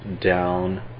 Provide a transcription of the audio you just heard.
down